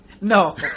No